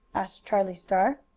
asked charlie star.